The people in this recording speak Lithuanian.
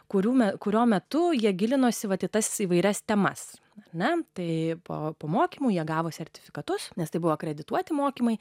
kurių metu kurio metu jie gilinosi matytasis įvairias temas na tai po pamokymų jie gavo sertifikatus nes tai buvo akredituoti mokymai